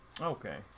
Okay